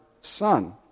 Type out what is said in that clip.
son